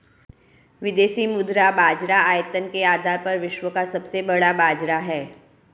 विदेशी मुद्रा बाजार आयतन के आधार पर विश्व का सबसे बड़ा बाज़ार है